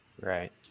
Right